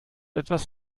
etwas